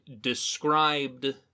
described